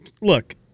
look